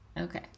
Okay